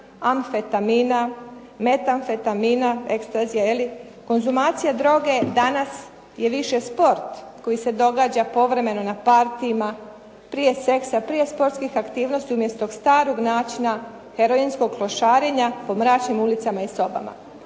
Amfetamina, Metamfetamina, Ecstasy, konzumacija droge je danas više sport koji se događa povremeno na partyjima, prije sexa, prije sportskih aktivnosti umjesto starog načina heroinskog klošarenja po mračnim ulicama i sobama.